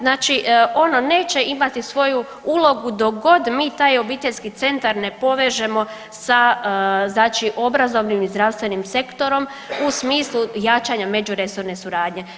Znači ono neće imati svoju ulogu dok god mi taj obiteljski centar ne povežemo sa znači obrazovnim i zdravstvenim sektorom u smislu jačanja međuresorne suradnje.